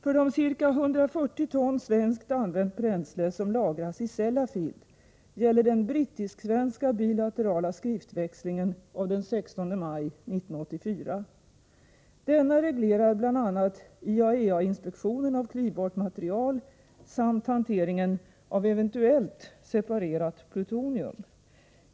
För de ca 140 ton svenskt använt bränsle som lagras i Sellafield gäller den brittisk-svenska bilaterala skriftväxlingen av den 16 maj 1984. Denna reglerar bl.a. IAEA-inspektionen av klyvbart material samt hanteringen av eventuellt separerat plutonium.